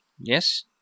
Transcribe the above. Yes